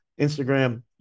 Instagram